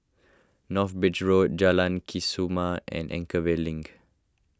North Bridge Road Jalan Kesoma and Anchorvale Link